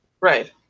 Right